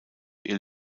ihr